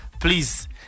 please